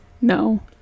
No